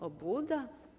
Obłuda?